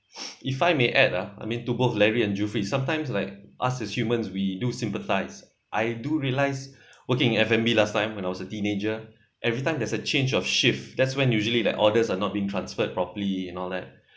if I may add ah I mean to both larry and zuffrie sometimes like us as humans we do sympathize I do realize working in f and b last time when I was a teenager every-time there's a change of shift that's when usually like orders are not been transferred properly and all that